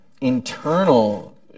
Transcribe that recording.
internal